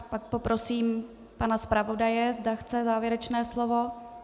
Pak poprosím pana zpravodaje, zda chce závěrečné slovo.